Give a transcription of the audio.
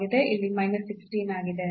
ಇಲ್ಲಿ minus 16 ಆಗಿದೆ